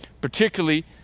particularly